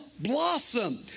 blossom